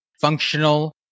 functional